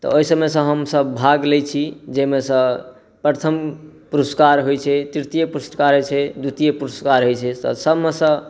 तऽ ओहिसभमे हमसभ भाग लै छी जाहिमे सँ प्रथम पुरस्कार होइ छै तृतीय पुरस्कार होइ छै द्वितीय पुरस्कार होइ छै सभमे सँ